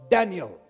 Daniel